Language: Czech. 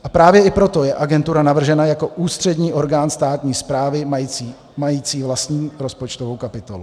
A právě i proto je agentura navržena jako ústřední orgán státní správy mající vlastní rozpočtovou kapitolu.